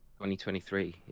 2023